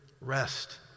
rest